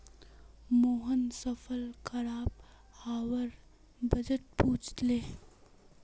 मोहन फसल खराब हबार वजह पुछले